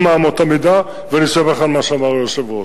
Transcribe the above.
מי שבעצם מזמין את הקבלנים לעבוד אצלו.